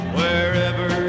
wherever